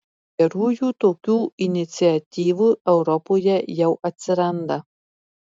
gerųjų tokių iniciatyvų europoje jau atsiranda